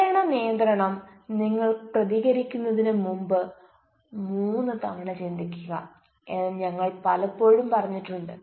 പ്രേരണ നിയന്ത്രണം നിങ്ങൾ പ്രതികരിക്കുന്നതിന് മുമ്പ് മൂന്ന് തവണ ചിന്തിക്കുക എന്ന് ഞങ്ങൾ പലപ്പോഴും പറഞ്ഞിട്ടുണ്ട്